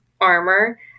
armor